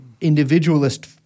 individualist –